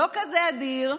לא כזה אדיר.